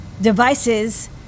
devices